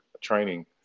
training